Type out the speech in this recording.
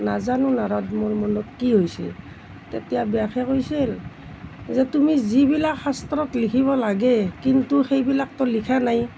নাজানো নাৰদ মোৰ মনত কি হৈছে তেতিয়া ব্যাসে কৈছিল যে তুমি যিবিলাক শাস্ত্ৰত লিখিব লাগে কিন্তু সেইবিলাকতো লিখা নাই